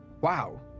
wow